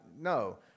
no